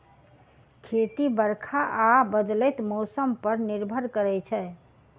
खेती बरखा आ बदलैत मौसम पर निर्भर करै छै